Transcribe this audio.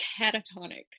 catatonic